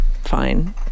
fine